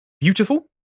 beautiful